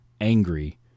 angry